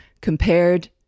compared